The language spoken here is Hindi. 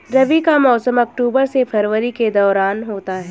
रबी का मौसम अक्टूबर से फरवरी के दौरान होता है